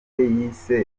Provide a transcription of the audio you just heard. yise